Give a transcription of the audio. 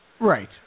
Right